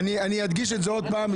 אבל אני אדגיש את זה עוד פעם,